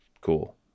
cool